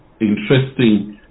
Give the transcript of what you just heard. interesting